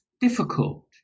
difficult